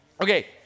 Okay